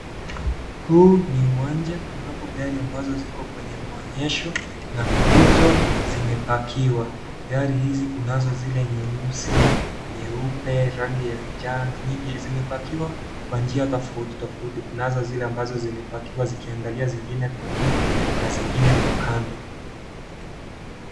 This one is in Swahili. Huu ni uwanja ambapo gari ambazo ziko kwenye maonyesho na kuuzwa zimepakiwa. Gari hizi kunazo zile nyeusi, nyeupe, rangi ya njano nyingi. Zimepakiwa kwa njia tofauti tofauti. Kunazo zile ambazo zimepakiwa zikiangalia zingine kwa nyuma, na zingine kwa kando.